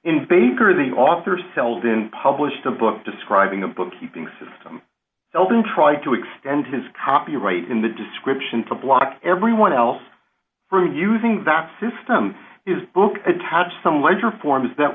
in baker the author seldon published a book describing the bookkeeping system doesn't try to extend his copyright in the description to block everyone else from using that system his book attached some ledger forms that